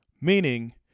meaning